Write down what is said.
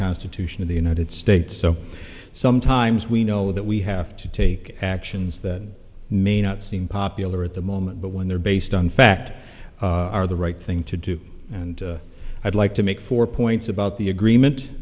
constitution of the united states so sometimes we know that we have to take actions that may not seem popular at the moment but when they're based on fact are the right thing to do and i'd like to make four points about the agreement